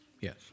Yes